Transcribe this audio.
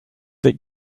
that